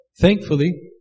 thankfully